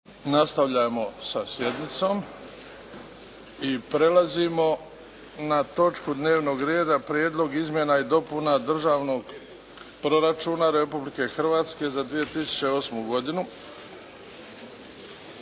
nastavljamo sa sjednicom i prelazimo na točku dnevnog reda - Prijedlog izmjena i dopuna Državnog proračuna Republike Hrvatske za 2008. godinu